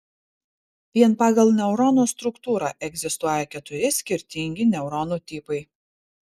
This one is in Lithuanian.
vien pagal neurono struktūrą egzistuoja keturi skirtingi neuronų tipai